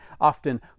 often